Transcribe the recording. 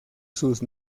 sus